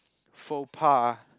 faux pas